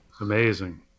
Amazing